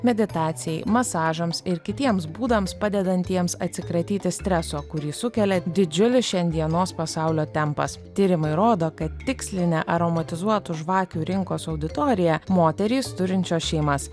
meditacijai masažams ir kitiems būdams padedantiems atsikratyti streso kurį sukelia didžiulį šiandienos pasaulio tempas tyrimai rodo kad tikslinę aromatizuotų žvakių rinkos auditoriją moterys turinčios šeimas